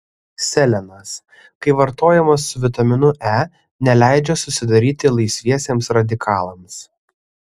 selenas kai vartojamas su vitaminu e neleidžia susidaryti laisviesiems radikalams